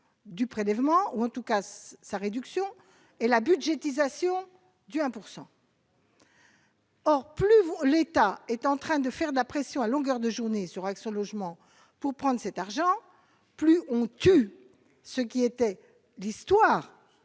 du prélèvement ou en tout cas sa réduction et la budgétisation du 1 pourcent. Or, plus l'État est en train de faire de la pression à longueur de journée sur Action Logement, pour prendre cet argent, plus on tue ce qui était l'histoire,